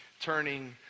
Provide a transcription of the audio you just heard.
turning